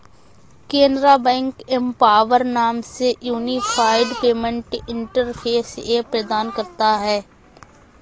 Canara bank empower नाम से unified payment interface app प्रदान करता हैं